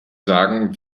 sagen